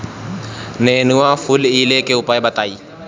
नेनुआ फुलईले के उपाय बताईं?